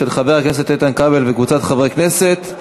של חבר הכנסת איתן כבל וקבוצת חברי הכנסת.